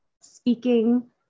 speaking